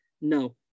No